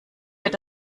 wird